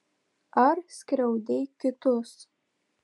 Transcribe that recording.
ar skriaudei kitus